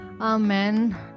amen